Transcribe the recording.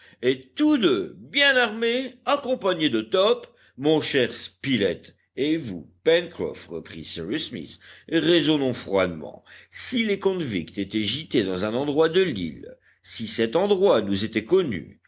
et tous deux bien armés accompagnés de top mon cher spilett et vous pencroff reprit cyrus smith raisonnons froidement si les convicts étaient gîtés dans un endroit de l'île si cet endroit nous était connu